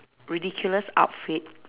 ridiculous outfit